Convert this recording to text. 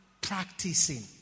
practicing